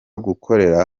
gukorera